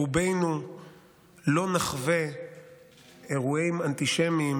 רובנו לא נחווה אירועים אנטישמיים